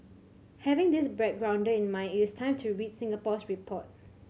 having this backgrounder in mind it's time to read Singapore's report